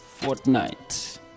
fortnite